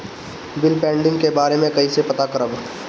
Bill pending के बारे में कईसे पता करब?